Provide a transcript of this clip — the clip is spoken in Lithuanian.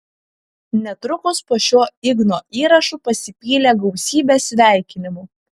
netrukus po šiuo igno įrašu pasipylė gausybė sveikinimų